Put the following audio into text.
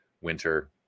winter